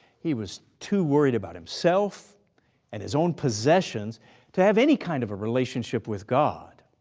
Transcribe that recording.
he was too worried about himself and his own possessions to have any kind of a relationship with god.